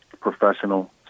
professional